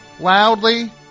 loudly